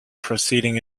preceding